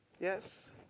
Yes